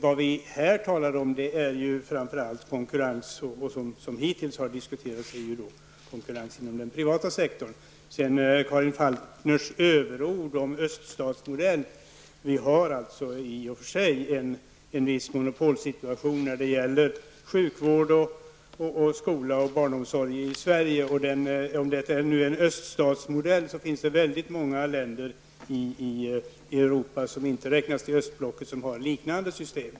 Vad vi här talar om är framför allt konkurrens inom den privata sektorn. Karin Falkmer framförde en del överord om öststatsmodeller. Vi har i och för sig en viss monopolsituation när det gäller sjukvård, skola och barnomsorg. Om detta är en öststatsmodell så finns det många länder i Europa som inte räknas till östblocket men som har ett liknande system.